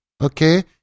okay